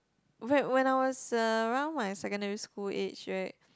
right when I was around my secondary school age right